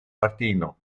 martino